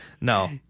No